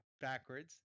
backwards